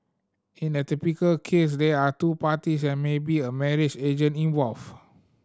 in a typical case they are two parties and maybe a marriage agent involved